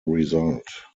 result